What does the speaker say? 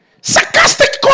Sarcastic